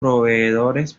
proveedores